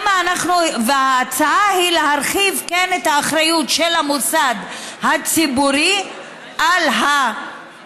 ההצעה היא להרחיב את האחריות של המוסד הציבורי לכל